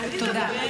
תודה.